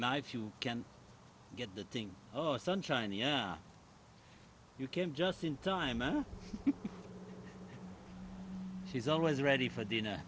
now if you can get that thing oh sunshine yeah you came just in time out she's always ready for dinner